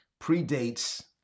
predates